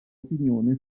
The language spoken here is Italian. opinione